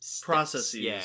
processes